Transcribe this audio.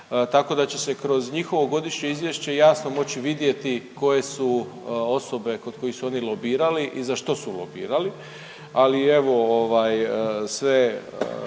tako da će se i kroz njihovo godišnje izvješće jasno moći vidjeti koje su osobe kod kojih su oni lobirali i za što su lobirali.